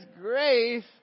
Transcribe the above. grace